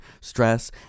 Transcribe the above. stress